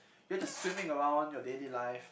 you are just swimming around your daily life